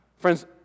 Friends